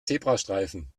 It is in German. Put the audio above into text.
zebrastreifen